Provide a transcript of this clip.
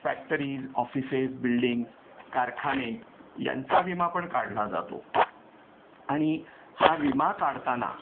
factories offices buildings कारखाने यांचा विमा पण काढला जातो आणि हा विमा काढताना